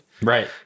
right